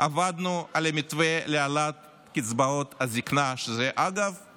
עבדנו על מתווה להעלאת קצבאות הזקנה, שאגב הוא